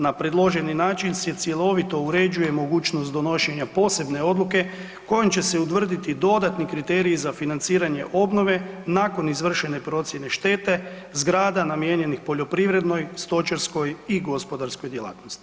Na predloženi način se cjelovito uređuje mogućnost donošenja posebne odluke kojom će utvrditi dodatni kriteriji za financiranje obnove nakon izvršene procjene štete, zgrada namijenjenih poljoprivrednoj, stočarskoj i gospodarskoj djelatnosti.